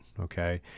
Okay